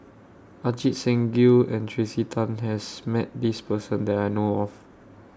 Ajit Singh Gill and Tracey Tan has Met This Person that I know of